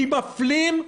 כי מפלים.